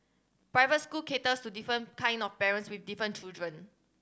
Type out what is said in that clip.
private school caters to different kind of parents with different children